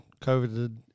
COVID